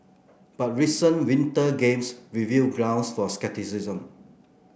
but recent Winter Games reveal grounds for scepticism